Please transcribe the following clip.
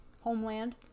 Homeland